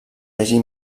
hagi